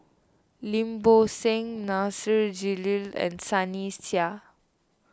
Lim Bo Seng Nasir Jalil and Sunny Sia